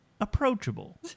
approachable